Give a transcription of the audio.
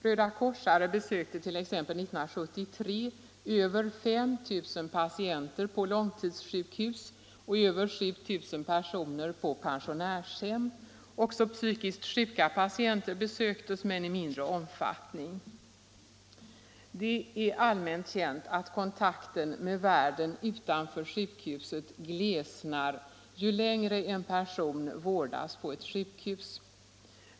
Rödakorsare besökte t.ex. år 1973 över 5 000 patienter på långtidssjukhus och över 7 000 personer på pensionärshem. Också psykiskt sjuka patienter besöktes, men i mindre omfattning. Det är allmänt känt att kontakten med världen utanför sjukhuset glesnar ju längre en person vårdas på ett sjukhus.